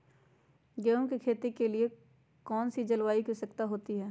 गेंहू की खेती के लिए कौन सी जलवायु की आवश्यकता होती है?